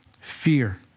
fear